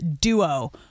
duo